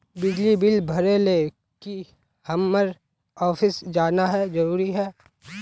बिजली बिल भरे ले की हम्मर ऑफिस जाना है जरूरी है?